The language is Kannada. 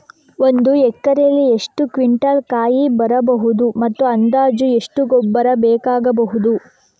ಒಂದು ಎಕರೆಯಲ್ಲಿ ಎಷ್ಟು ಕ್ವಿಂಟಾಲ್ ಕಾಯಿ ಬರಬಹುದು ಮತ್ತು ಅಂದಾಜು ಎಷ್ಟು ಗೊಬ್ಬರ ಬೇಕಾಗಬಹುದು?